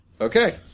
Okay